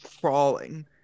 crawling